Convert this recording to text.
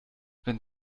wenn